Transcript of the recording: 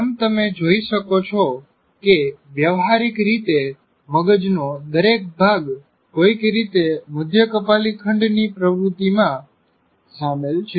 જેમ તમે જોઈ શકો છો કે વ્યવહારિક રીતે મગજનો દરેક ભાગ કોઇક રીતે મઘ્ય કપાલી ખંડની પ્રવૃત્તિમાં સામેલ છે